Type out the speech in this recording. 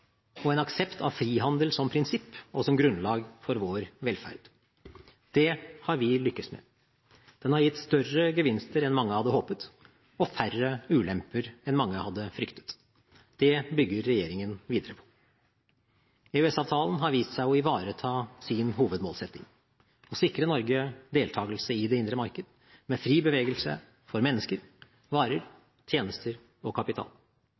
og en aksept av frihandel som prinsipp og som grunnlag for vår velferd. Det har vi lyktes med. Den har gitt større gevinster enn mange hadde håpet, og færre ulemper enn mange hadde fryktet. Det bygger regjeringen videre på. EØS-avtalen har vist seg å ivareta sin hovedmålsetting: å sikre Norge deltakelse i det indre marked, med fri bevegelighet for mennesker, varer, tjenester og kapital.